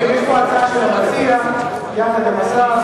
יש פה הצעה של המציע יחד עם השר.